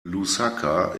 lusaka